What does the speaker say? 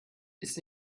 ist